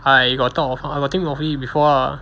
I got thought of I got think of it before lah